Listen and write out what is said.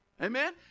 Amen